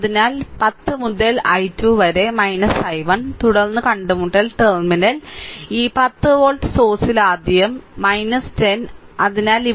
അതിനാൽ 10 മുതൽ I2 വരെ I1 തുടർന്ന് കണ്ടുമുട്ടൽ ടെർമിനൽ ഈ 10 വോൾട്ട് സോഴ്സിൽ ആദ്യം അതിനാൽ 10